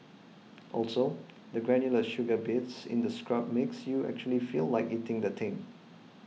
also the granular sugar bits in the scrub makes you actually feel like eating the thing